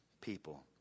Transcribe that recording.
people